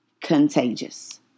contagious